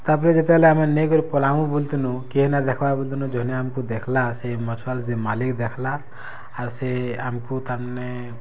ତାପରେ ଯେତେବେଲେ ଆମେ ନେଇକିରି ପଲାମୁ ବଲୁଥିନୁଁ କିହେ ନେଇଁ ଦେଖବାର୍ ବଲୁଥିନୁଁ ଜନେ ଆମ୍କୁ ଦେଖ୍ଲା ସେ ମଛୱାଲ୍ ଯେନ୍ ମାଲିକ୍ ଦେଖ୍ଲା ଆର୍ ସେ ଆମକୁ ତାମାନେ